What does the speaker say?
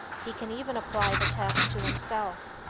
he can even apply the tests to himself.